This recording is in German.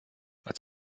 als